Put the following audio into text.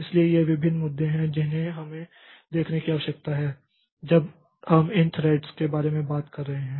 इसलिए ये विभिन्न मुद्दे हैं जिन्हें हमें देखने की आवश्यकता है जब हम इन थ्रेड्स के बारे में बात कर रहे हैं